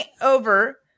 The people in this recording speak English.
over